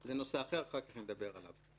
וזה נושא אחר, אחר כך נדבר עליו.